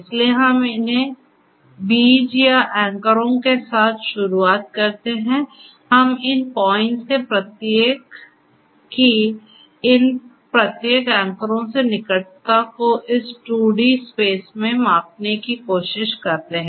इसलिए हम इन बीजों या एंकरों के साथ शुरू करते हैं हम इन पॉइंट्स के प्रत्येक की इन प्रत्येक एंकरों से निकटता को इस 2 डी स्पेस में मापने की कोशिश करते हैं